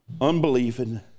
unbelieving